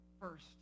First